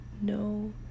no